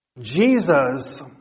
Jesus